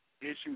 Issues